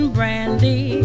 Brandy